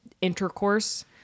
intercourse